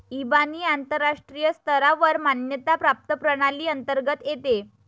इबानी आंतरराष्ट्रीय स्तरावर मान्यता प्राप्त प्रणाली अंतर्गत येते